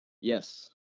Yes